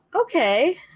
Okay